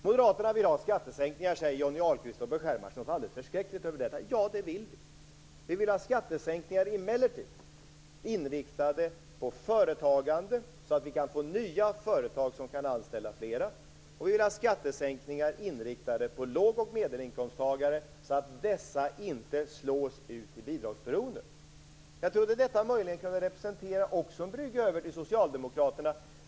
Moderaterna vill ha skattesänkningar, säger Johnny Ahlqvist och beskärmar sig något alldeles förskräckligt över detta. Ja, vi vill ha skattesänkningar. De skall emellertid vara inriktade på företagande, så att vi kan få nya företag som kan anställa fler, och vi vill ha skattesänkningar inriktade på låg och medelinkomsttagare, så att dessa inte slås ut i bidragsberoende. Jag trodde detta möjligen också kunde utgöra en brygga över till socialdemokraterna.